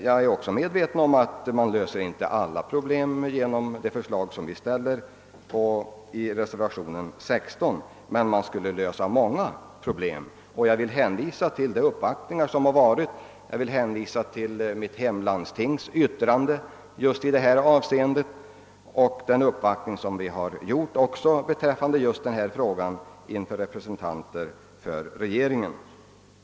Jag är också medveten om att man inte löser alla problem genom vårt förslag i reservation nr 16, men man skulle lösa vissa problem. Jag vill hänvisa till det yttrande som mitt hemläns landsting avgivit i detta avseende och till den uppvaktning som gjorts av representanter för inlandskommuner i Norrland.